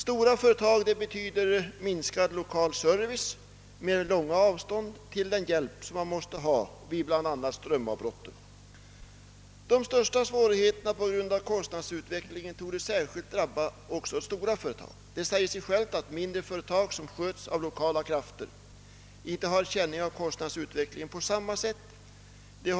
Stora företag betyder minskad lokal service med långa avstånd till den hjälp som man måste erhålla bland annat vid strömavbrott. De största svårigheterna på grund av kostnadsutvecklingen torde också särskilt drabba stora företag. Det säger sig självt att mindre företag som sköts av lokala krafter inte har känning av kostnadsutvecklingen på samma sätt som stora företag.